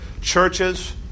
churches